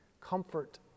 comfort